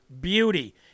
beauty